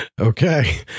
Okay